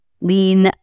lean